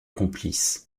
complices